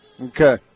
Okay